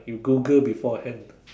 you Google before hand